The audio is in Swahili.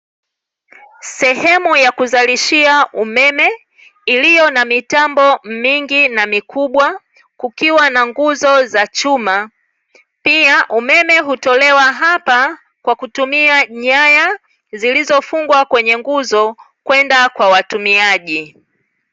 Sehemu ya kuzalishia umeme iliyo na mitambo mingi na mikubwa kukiwa na nguzo za chuma. Pia umeme hutolewa hapa kwakutumia nyaya zilizofungwa kwenye nguzo kwenda kwa watumiaji.